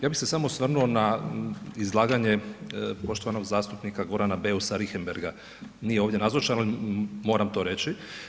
Ja bih se samo osvrnuo na izlaganje poštovanog zastupnika Gorana Beusa Richembergha, nije ovdje nazočan, ali moram to reći.